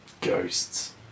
ghosts